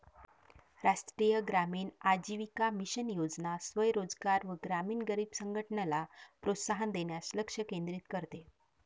राष्ट्रीय ग्रामीण आजीविका मिशन योजना स्वयं रोजगार व ग्रामीण गरीब संघटनला प्रोत्साहन देण्यास लक्ष केंद्रित करते